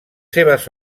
seves